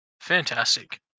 Fantastic